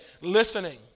Listening